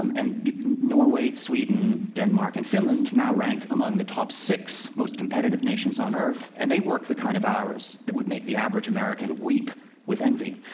um and norway, sweden, denmark and finland now rank among the top six most competitive nations on earth, and they work the kind of hours that would make the average american weep with envy.